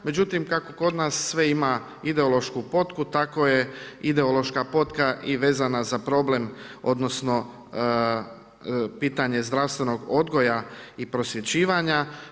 Međutim kako kod nas sve ima ideološku potku, tako je ideološka potka i vezana za problem, odnosno pitanje zdravstvenog odgoja i prosvjećivanja.